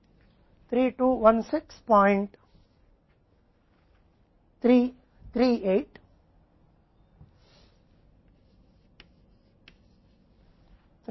प्रतिस्थापन पर आने के लिए कुल लागत 3216338 आएगी